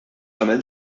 tagħmel